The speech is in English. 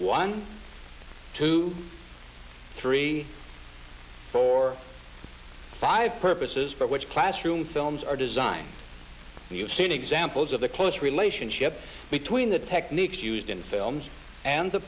one two three four five purposes but which classroom films are designed and you've seen examples of the close relationship between the techniques used in films and the